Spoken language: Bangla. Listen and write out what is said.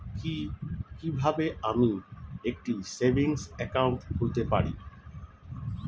কি কিভাবে আমি একটি সেভিংস একাউন্ট খুলতে পারি?